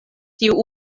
tiu